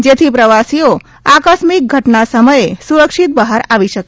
જેથી પ્રવાસીઓ આકસ્મિક ઘટના સમયે સુરક્ષિત બહાર આવી શકે